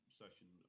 session